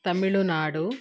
Tamil Nadu